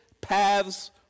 paths